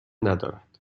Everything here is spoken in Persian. ندارد